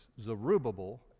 Zerubbabel